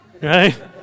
right